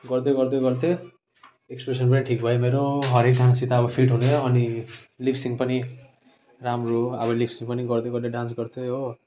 गर्दै गर्दै गर्दै एक्सप्रेसन पनि ठिक भयो मेरो हरेक गानासित अब फिट हुने अनि लिप सिङ पनि राम्रो अब लिप सिङ पनि गर्दै गर्दै डान्स गर्थेँ हो